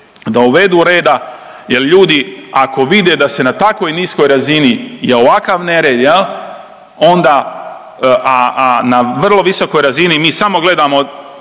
da uvedu reda jer ljudi ako vide da se na takvoj niskoj razini je ovakav nered jel onda, a na vrlo visokoj razini mi samo gledamo